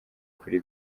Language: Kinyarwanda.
kuri